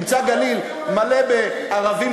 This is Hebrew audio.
ימצא גליל מלא בערבים,